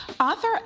Author